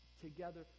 together